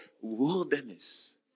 Wilderness